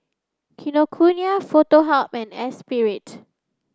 Kinokuniya Foto Hub and Espirit